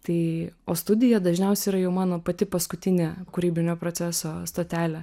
tai o studija dažniausiai yra jau mano pati paskutinė kūrybinio proceso stotelė